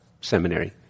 seminary